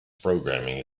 programming